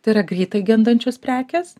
tai yra greitai gendančios prekės